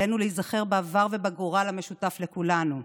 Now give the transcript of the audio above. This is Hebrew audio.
עלינו להיזכר בעבר ובגורל המשותף לכולנו,